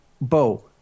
Bo